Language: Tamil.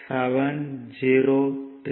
888 53